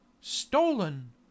stolen